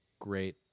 great